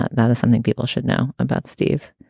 that is something people should know about. steve,